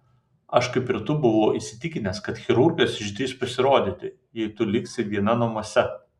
aš kaip ir tu buvau įsitikinęs kad chirurgas išdrįs pasirodyti jei tu liksi viena namuose